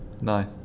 No